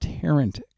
Tarrant